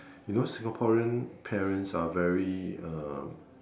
you know Singaporean parents are very uh